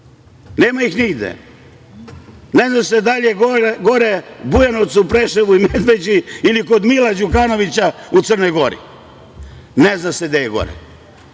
nema ih nigde. Ne zna se da li je gore u Bujanovcu, Preševu i Medveđi ili kod Mila Đukanovića u Crnoj Gori. Ne zna se gde je gore. Mi